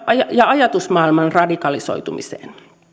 ja ajatusmaailman radikalisoitumiseen